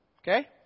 okay